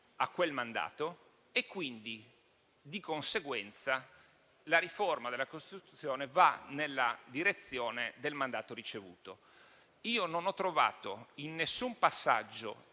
a quel mandato, quindi di conseguenza la riforma della Costituzione va nella direzione del mandato ricevuto. Non ho trovato in nessun passaggio,